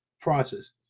process